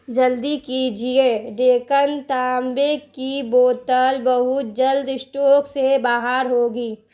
جلدی کیجیے ڈیکن تانبے کی بوتل بہت جلد اسٹوک سے باہر ہوگی